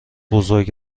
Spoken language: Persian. بزرگ